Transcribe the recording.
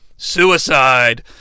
Suicide